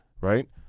right